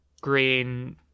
green